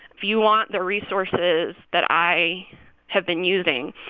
if you want the resources that i have been using,